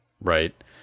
right